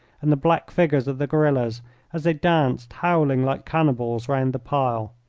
and the black figures of the guerillas as they danced, howling like cannibals, round the pile.